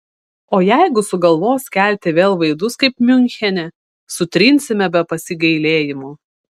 o jeigu sugalvos kelti vėl vaidus kaip miunchene sutrinsime be pasigailėjimo